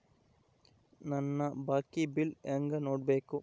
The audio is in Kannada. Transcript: ನನ್ನ ಬಾಕಿ ಬಿಲ್ ಹೆಂಗ ನೋಡ್ಬೇಕು?